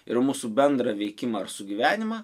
ir mūsų bendrą veikimą ir sugyvenimą